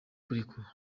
kurekurwa